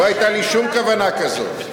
לא היתה לי שום כוונה כזאת.